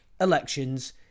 elections